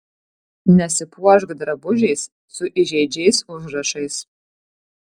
nesipuošk drabužiais su įžeidžiais užrašais